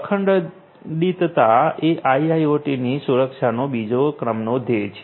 અખંડિતતા એ આઈઆઈઓટી ની સુરક્ષાનો બીજા ક્રમાંકનો ધ્યેય છે